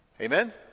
amen